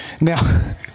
Now